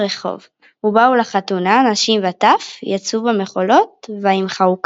מאת חיים נחמן ביאליק